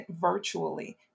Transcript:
virtually